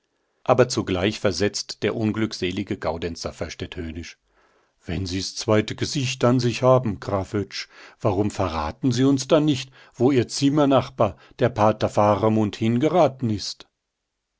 aber zugleich versetzt der unglückselige gaudenz safferstatt höhnisch wenn sie's zweite gesicht an sich haben graf oetsch warum verraten sie uns dann nicht wo ihr zimmernachbar der pater faramund hingeraten ist